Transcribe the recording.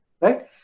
Right